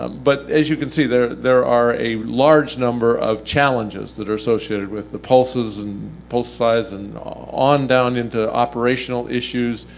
um but as you can see, there there are a large number of challenges that are associated with the pulses and pulse size and on down into operational issues,